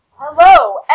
Hello